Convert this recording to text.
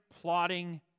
plotting